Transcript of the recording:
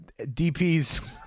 DPs